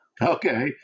Okay